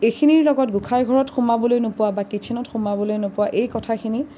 এইখিনিৰ লগত গোঁসাইঘৰত সোমাবলৈ নোপোৱা বা কিচ্ছেনত সোমাবলৈ নোপোৱা এই কথাখিনি